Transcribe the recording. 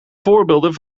voorbeelden